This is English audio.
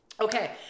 Okay